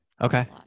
Okay